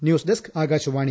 news desk Akashvani